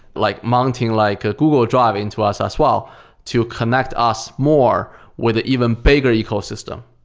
like mounting like ah google drive into us as well to connect us more with even bigger ecosystem.